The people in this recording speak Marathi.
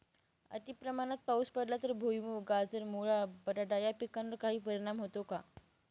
अतिप्रमाणात पाऊस पडला तर भुईमूग, गाजर, मुळा, बटाटा या पिकांवर काही परिणाम होतो का?